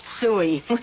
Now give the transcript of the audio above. suey